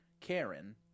Karen